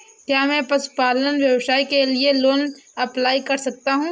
क्या मैं पशुपालन व्यवसाय के लिए लोंन अप्लाई कर सकता हूं?